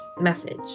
message